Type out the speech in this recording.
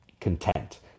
content